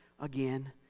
again